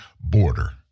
border